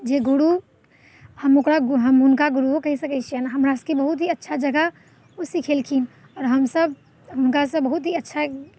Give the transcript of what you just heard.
जे गुरु हम ओकरा हम हुनका गुरुओ कहि सकै छिअनि हमरासबके बहुत ही अच्छा जकाँ ओ सिखेलखिन आओर हमसब हुनकासँ बहुत ही अच्छा